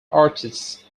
artists